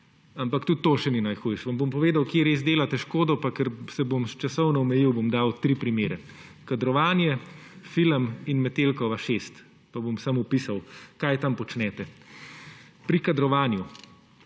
Ampak tudi to še ni najhuje. Vam bom povedal, kje res delate škodo. Pa ker se bom časovno omejil, bom dal tri primere: kadrovanje, film in Metelkova 6. Pa bom samo opisal, kaj tam počnete. Pri kadrovanju.